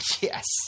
yes